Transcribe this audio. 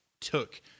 took